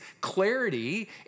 clarity